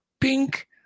pink